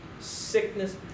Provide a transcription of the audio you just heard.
sickness